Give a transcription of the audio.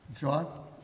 John